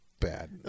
bad